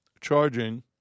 charging